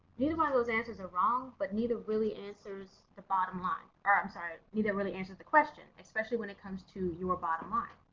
neither one of those answers are wrong but neither really answers the bottom line i'm sorry neither really answered the question especially when it comes to your bottom line.